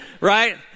right